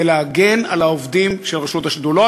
זה להגן על העובדים של רשות השידור,